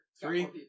Three